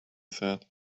said